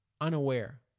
unaware